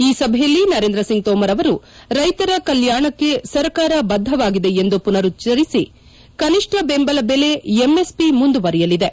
ಈ ಸಭೆಯಲ್ಲಿ ನರೇಂದ್ರ ಸಿಂಗ್ ತೋಮರ್ ಅವರು ರೈತರ ಕಲ್ಕಾಣಕ್ಕೆ ಸರಕಾರ ಬದ್ಧವಾಗಿದೆ ಎಂದು ಪುನರುಚ್ಚರಿಸಿ ಕನಿಷ್ಟ ಬೆಂಬಲ ಬೆಲೆ ಎಂಎಸ್ಪಿ ಮುಂದುವರಿಯಲಿದೆ